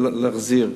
ולהחזיר.